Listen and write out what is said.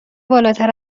بالاتر